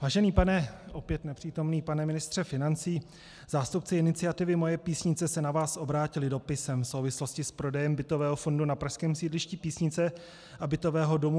Vážený opět nepřítomný pane ministře financí, zástupci iniciativy Moje Písnice se na vás obrátili dopisem v souvislosti s prodejem bytového fondu na pražském sídlišti Písnice a bytového domu Bělocerkevská.